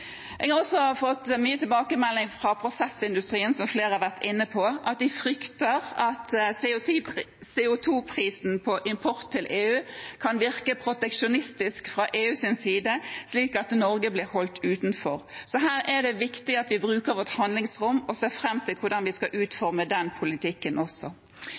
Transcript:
Jeg har også fått mange tilbakemeldinger fra prosessindustrien, og som flere har vært inne på, frykter de at CO 2 -prisen på import til EU kan virke proteksjonistisk fra EUs side, slik at Norge blir holdt utenfor. Her er det viktig at vi bruker vårt handlingsrom, og jeg ser fram til hvordan vi skal utforme den politikken også.